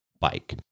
bike